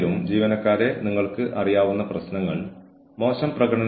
ജീവനക്കാരനെ നിരന്തരം ഒരു സ്ഥലത്ത് നിർത്തുന്നത് കാര്യങ്ങൾ കൂടുതൽ വഷളാക്കും